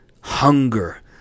hunger